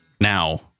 now